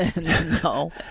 No